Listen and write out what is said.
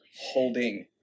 holding